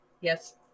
yes